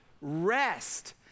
rest